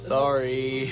Sorry